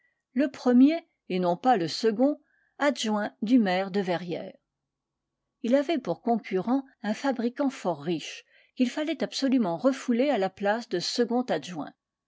le premier et non pas le second adjoint du maire de verrières il avait pour concurrent un fabricant fort riche qu'il fallait absolument refouler à la place de second adjoint